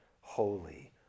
holy